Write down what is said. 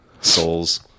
souls